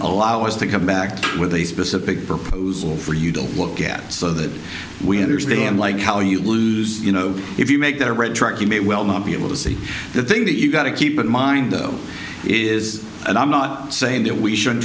allow us to come back with a specific proposal for you don't look at so that we understand like how you lose you know if you make that a red truck you may well not be able to see the thing that you've got to keep in mind though is and i'm not saying that we should